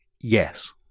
Yes